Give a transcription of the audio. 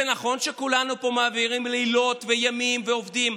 זה נכון שכולנו פה מעבירים לילות וימים ועובדים,